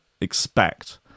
expect